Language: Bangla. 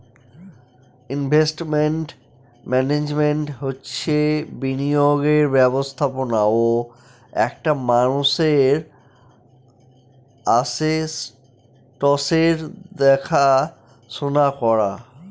ইনভেস্টমেন্ট মান্যাজমেন্ট হচ্ছে বিনিয়োগের ব্যবস্থাপনা ও একটা মানুষের আসেটসের দেখাশোনা করা